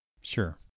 Sure